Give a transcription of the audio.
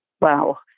wow